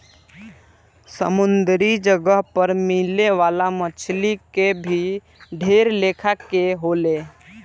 समुंद्री जगह पर मिले वाला मछली के भी ढेर लेखा के होले